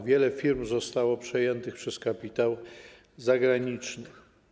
Wiele firm zostało przejętych przez kapitał zagraniczny.